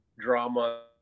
drama